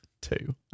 Two